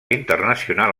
internacional